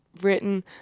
written